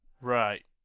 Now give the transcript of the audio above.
Right